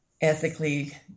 ethically